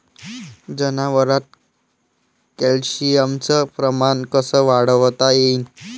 जनावरात कॅल्शियमचं प्रमान कस वाढवता येईन?